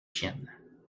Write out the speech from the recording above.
chiennes